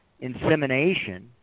insemination